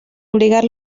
obligar